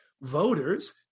Voters